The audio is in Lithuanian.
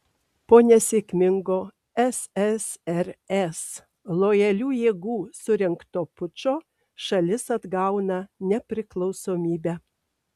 po nesėkmingo ssrs lojalių jėgų surengto pučo šalis atgauna nepriklausomybę